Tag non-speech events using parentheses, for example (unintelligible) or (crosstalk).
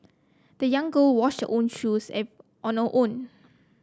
the young girl washed her own shoes (unintelligible) on her own